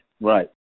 right